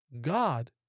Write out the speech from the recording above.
God